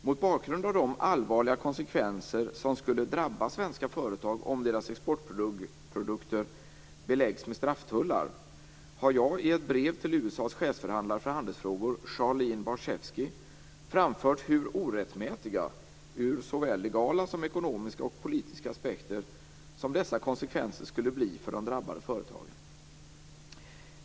Mot bakgrund av de allvarliga konsekvenser som skulle drabba svenska företag om deras exportprodukter beläggs med strafftullar har jag i ett brev till Barshefsky, framfört hur orättmätiga, ur såväl legala som ekonomiska och politiska aspekter, dessa konsekvenser skulle bli för de drabbade företagen.